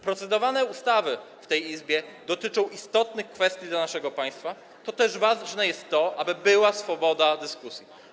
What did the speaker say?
Procedowane ustawy w tej Izbie dotyczą istotnych kwestii dla naszego państwa, toteż ważne jest to, aby była swoboda dyskusji.